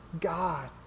God